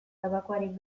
tabakoaren